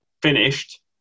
Finished